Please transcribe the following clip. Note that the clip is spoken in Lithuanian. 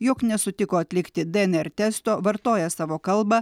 jog nesutiko atlikti dnr testo vartoja savo kalbą